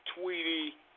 Tweety